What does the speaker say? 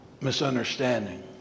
misunderstanding